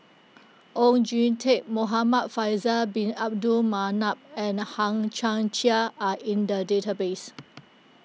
Oon Jin Teik Muhamad Faisal Bin Abdul Manap and Hang Chang Chieh are in the database